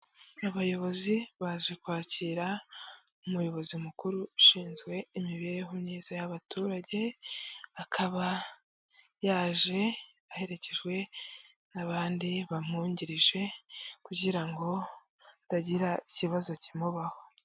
Abayobozi baje kwakira umuyobozi mukuru ushinzwe imibereho myiza y'abaturage, akaba yaje aherekejwe n'abandi bamwungirije kugira ngo hatagira ikibazo kimubaho.